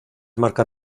marcas